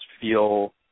feel